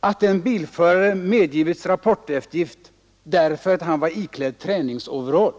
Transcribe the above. att en bilförare medgivits rapporteftergift, därför att han var iklädd träningsoverall.